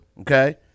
okay